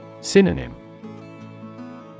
Synonym